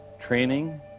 training